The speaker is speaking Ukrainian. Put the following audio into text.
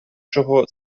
чого